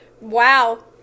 wow